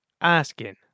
asking